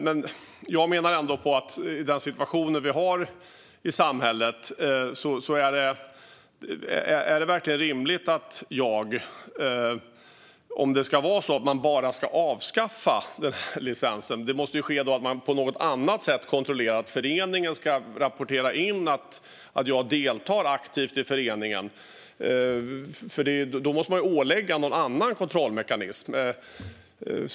Men med tanke på den situation som vi har i samhället undrar jag om det verkligen är rimligt att bara avskaffa licensen. Då måste man ju kontrollera på något annat sätt, som att en förening ska rapportera in att jag deltar aktivt i föreningen. I så fall måste man alltså införa någon annan kontrollmekanism.